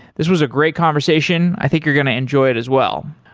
this was a great conversation. i think you're going to enjoy it as well.